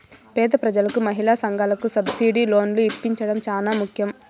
పేద ప్రజలకు మహిళా సంఘాలకు సబ్సిడీ లోన్లు ఇప్పించడం చానా ముఖ్యం